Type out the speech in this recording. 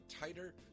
tighter